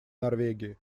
норвегии